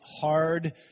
hard